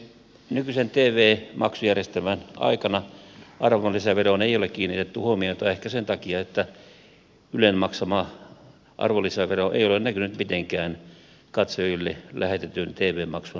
nykyisen tv maksujärjestelmän aikana arvonlisäveroon ei ole kiinnitetty huomiota ehkä sen takia että ylen maksama arvonlisävero ei ole näkynyt mitenkään katsojille lähetetyn tv maksun laskussa